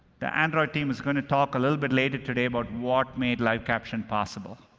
the android team is going to talk a little bit later today about what made live caption possible.